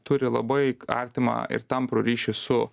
turi labai artimą ir tamprų ryšį su